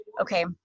Okay